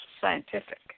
scientific